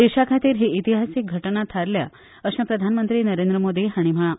देशाखातीर ही इतीहासीक घटना थारल्या अशें प्रधानमंत्री नरेंद्र मोदी हांणी म्हळा